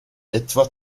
etwa